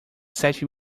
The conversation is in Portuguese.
sete